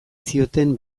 zioten